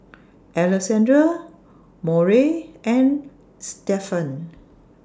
Alexandra Murry and Stephan